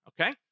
okay